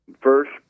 First